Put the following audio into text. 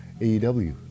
AEW